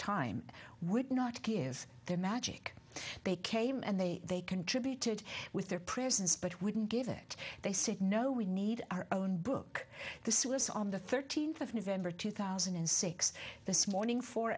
time would not gear's their magic they came and they they contributed with their presence but wouldn't give it they said no we need our own book this was on the thirteenth of november two thousand and six this morning four